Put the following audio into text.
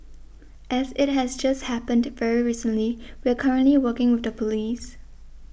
as it has just happened very recently we are currently working with the police